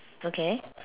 okay